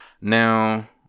Now